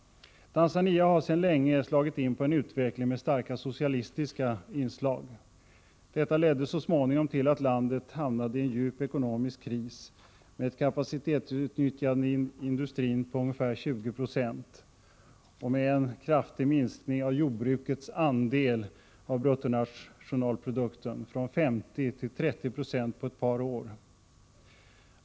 Tanzania har sedan länge slagit in på en utveckling med starka socialistiska inslag. Detta ledde så småningom till att landet hamnade i en djup ekonomisk kris, med ett kapacitetsutnyttjande i industrin på ungefär 20 26 och med en kraftig minskning av jordbrukets andel av bruttonationalprodukten från 50 till 30 90 på ett par år.